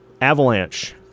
Avalanche